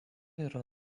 yra